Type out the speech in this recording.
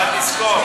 אבל תזכור.